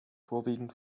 vorwiegend